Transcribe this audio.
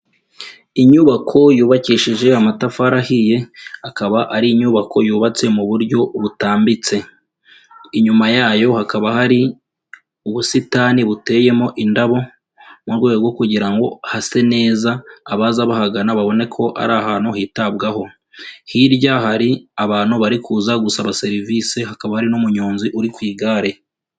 Inyubako yubakishije amatafari ahiye akaba ari inyubako yubatse mu buryo butambitse, inyuma yayo hakaba hari ubusitani buteyemo indabo mu rwego rwo kugira ngo hase neza, abaza bahagana babone ko ari ahantu hitabwaho, hirya hari abantu bari kuza gusaba serivisi hakaba hari n'umunyonzi uri ku igare.